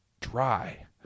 dry